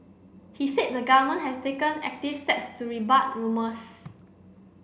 he said the government has taken active steps to rebut rumours